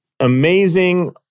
Amazing